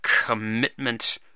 commitment